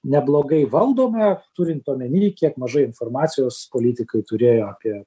neblogai valdoma turint omeny kiek mažai informacijos politikai turėjo apie